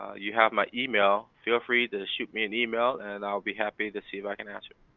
you have my email. feel free to shoot me an email and i'll be happy to see if i can answer